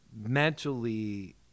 mentally